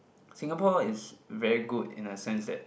Singapore is very good in a sense that